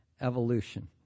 evolution